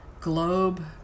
Globe